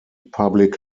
public